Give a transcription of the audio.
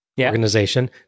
organization